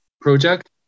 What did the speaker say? project